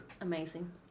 amazing